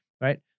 right